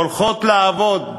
הולכות לעבוד,